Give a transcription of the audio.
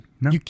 no